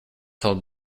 held